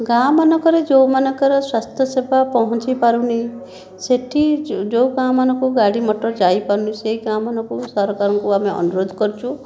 ଗାଁମାନଙ୍କରେ ଯେଉଁମାନଙ୍କର ସ୍ୱାସ୍ଥ୍ୟ ସେବା ପହଞ୍ଚିପାରୁନି ସେଠି ଯେଉଁ ଗାଁମାନଙ୍କୁ ଗାଡ଼ି ମୋଟର ଯାଇପାରନାହିଁ ସେହି ଗାଁମାନଙ୍କୁ ସରକାରଙ୍କୁ ଆମେ ଅନୁରୋଧ କରୁଛୁ